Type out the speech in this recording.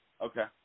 Okay